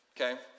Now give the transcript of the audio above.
okay